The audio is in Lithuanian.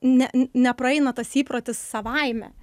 ne nepraeina tas įprotis savaime